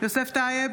יוסף טייב,